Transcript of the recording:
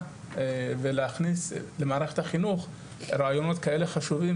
ולהכניס למערכת החינוך רעיונות כאלה חשובים,